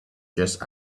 just